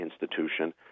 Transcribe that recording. institution